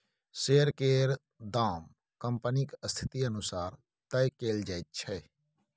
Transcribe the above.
share केर दाम कंपनीक स्थिति अनुसार तय कएल जाइत छै